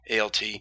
ALT